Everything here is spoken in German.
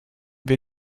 wir